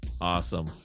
awesome